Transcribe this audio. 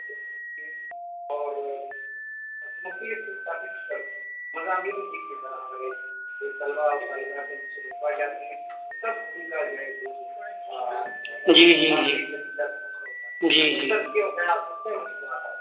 اور جی جی جی جی جی